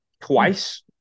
twice